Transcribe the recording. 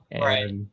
Right